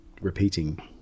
repeating